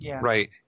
Right